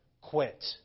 quit